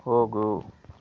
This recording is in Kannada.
ಹೋಗು